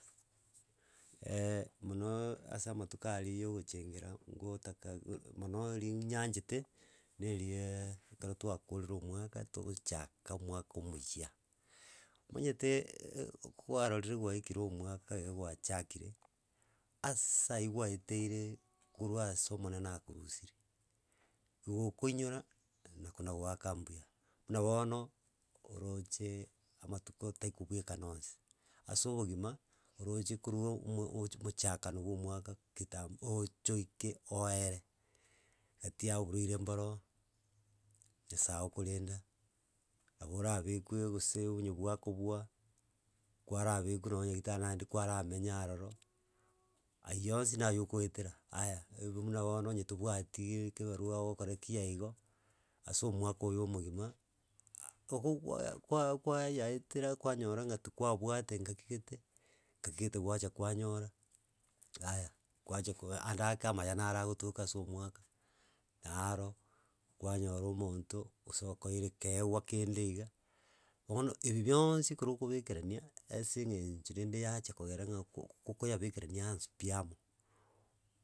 monooo ase amatuko aria ya ogochengera ngotaka go mono eri nyanchete, na eriaaaa, ekero twakorire omwaka togochaka omwaka omuya. Omanyete eheh okwarorire gwaikire omwaka iga gwachakire, ase ayi gwaeteire korwa ase omonene akorurisirie, igo okoinyora na kona goaka mbuya. Buna bono, orocheee amatuko ataikobwekana onsi, ase obogima oroche korwa omo omoch mochakano bwa omwaka kitambo oche oike oere, ati aa borwaire mboro nyasae okorenda, nabo orabekwe gose onye bwakobua kwarabekwa nonye nyagetari naende kwaramenya aroro, aywo yonsi naye okoetera. Aya, ebi buna bono onye tobwatiii kebarua ogokora ki aigo ase omwaka oyo omogima, okogwa kwa kwayaetera kwanyora ng'a tikwabwate ngaki gete, ngaki gete gwacha kwanyora, aya kwacha ko ande ake amaya naro agotoka ase omwaka, naaro, kwanyora omonto gose okoeire keewa kende iga, bono ebi bionsi ekero okobakerania ase eng'encho rende yachakogera ng'a koo kokoyabekerania aonsi pi amo,